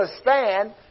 stand